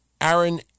Aaron